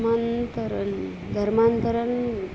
धर्मांतरण धर्मांतरण